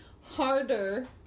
harder